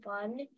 fun